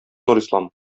нурислам